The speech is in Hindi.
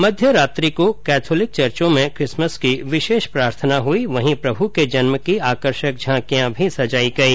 मध्यरात्रि को कैथोलिक चर्चो में किसमस की विशेष प्रार्थना हुई वहीं प्रभु के जन्म की आकर्षक झांकिया भी सजाई गई